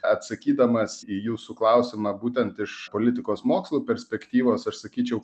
atsakydamas į jūsų klausimą būtent iš politikos mokslų perspektyvos aš sakyčiau